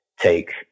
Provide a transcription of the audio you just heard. take